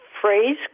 phrase